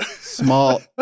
Small